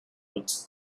out